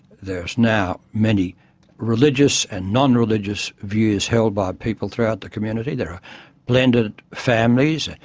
there is now many religious and nonreligious views held by people throughout the community. there are blended families. ah